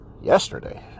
yesterday